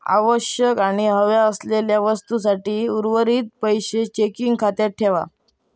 आवश्यक आणि हव्या असलेल्या वस्तूंसाठी उर्वरीत पैशे चेकिंग खात्यात ठेवा